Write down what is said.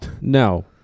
No